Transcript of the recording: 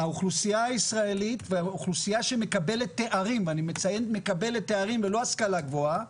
האוכלוסייה הישראלית והאוכלוסייה שמקבלת תארים ולא השכלה גבוהה,